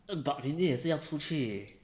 but 明天也是要出去